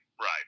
right